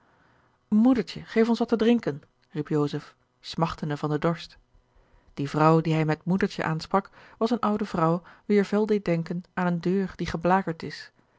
moedertje geef ons wat te drinken riep joseph smachtende george een ongeluksvogel van den dorst die vrouw die hij met moedertje aansprak was eene oude vrouw wier vel deed denken aan eene deur die geblakerd is